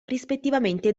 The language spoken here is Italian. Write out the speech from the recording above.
rispettivamente